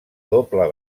doble